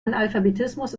analphabetismus